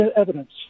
evidence